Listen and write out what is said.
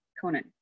Conan